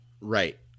Right